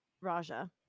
Raja